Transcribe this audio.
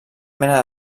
mena